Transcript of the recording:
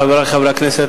חברי חברי הכנסת,